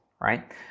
right